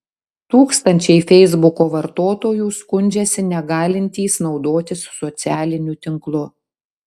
tūkstančiai feisbuko vartotojų skundžiasi negalintys naudotis socialiniu tinklu